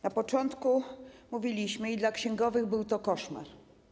Na początku mówiliśmy, że dla księgowych to koszmar.